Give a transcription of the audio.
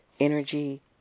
energy